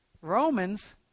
Romans